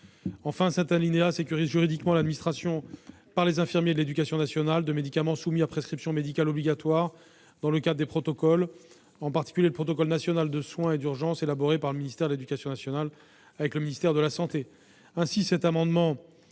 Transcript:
Enfin, cet alinéa sécurise juridiquement l'administration par les infirmiers de l'éducation nationale de médicaments soumis à prescription médicale obligatoire dans le cadre des protocoles, en particulier le protocole national de soins et d'urgence élaboré par le ministère de l'éducation nationale avec le ministère chargé de la santé.